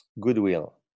goodwill